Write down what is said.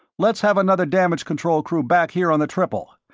let's have another damage control crew back here on the triple.